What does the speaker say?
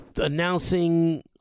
announcing